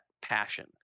passion